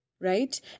Right